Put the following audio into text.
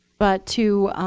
but to